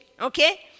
Okay